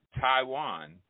Taiwan